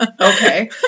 okay